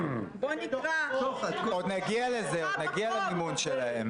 --- עוד נגיע למימון שלהם.